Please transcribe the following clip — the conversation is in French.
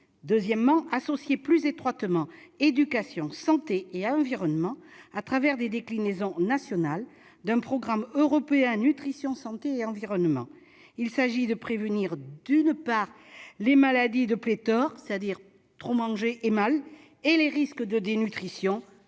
souhaitons associer plus étroitement éducation, santé et environnement, à travers des déclinaisons nationales d'un programme européen Nutrition santé et environnement. Il s'agit de prévenir, d'une part, les maladies de pléthore, c'est-à-dire manger trop et mal, et les risques de dénutrition,